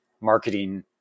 marketing